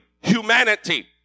humanity